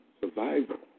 survival